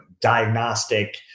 diagnostic